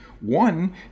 One